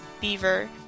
beaver